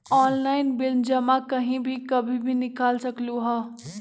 Online bill जमा कहीं भी कभी भी बिल निकाल सकलहु ह?